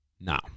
Now